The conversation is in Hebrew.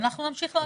ואנחנו נמשיך לעקוב.